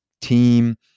team